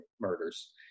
murders